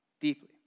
deeply